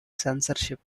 censorship